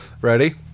ready